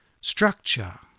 structure